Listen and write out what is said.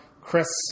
Chris